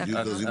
לנושא.